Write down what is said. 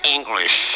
English